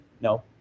No